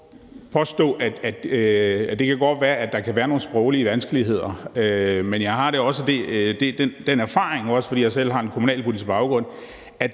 Altså, det kan godt være, at der kan være nogle sproglige vanskeligheder, men jeg har den erfaring, også fordi jeg selv har en kommunalpolitisk baggrund,